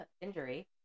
injury